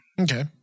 Okay